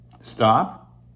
Stop